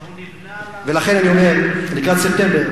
אבל הוא נבנה, לכן, אני אומר: לקראת ספטמבר,